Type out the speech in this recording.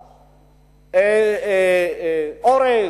סוכר, אורז,